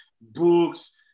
books